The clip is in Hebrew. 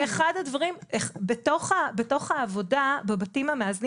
ואחד הדברים בתוך העבודה בבתים המאזנים